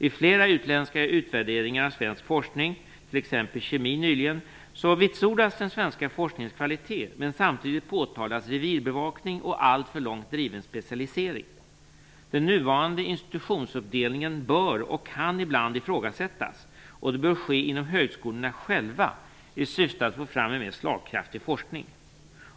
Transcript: I flera utländska utvärderingar av svensk forskning - t.ex. inom kemin nyligen - vitsordas den svenska forskningens kvalitet, men samtidigt påtalas revirbevakning och alltför långt driven specialisering. Den nuvarande institutionsuppdelningen bör, och kan ibland, ifrågasättas, och det bör ske inom högskolorna själva i syfte att få fram en mer slagkraftig forskning.